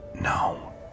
No